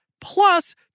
plus